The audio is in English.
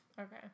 Okay